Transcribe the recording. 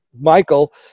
Michael